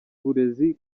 burezi